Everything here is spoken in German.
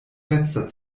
fenster